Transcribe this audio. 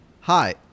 Hi